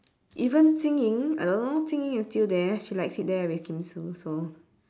even jing ying I don't know jing ying is still there she likes it there with kim sue